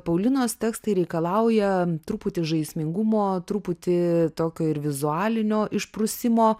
paulinos tekstai reikalauja truputį žaismingumo truputį tokio vizualinio išprusimo